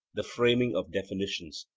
the framing of definitions,